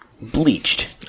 bleached